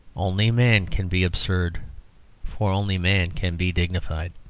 only man can be absurd for only man can be dignified.